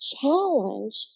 challenge